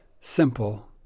simple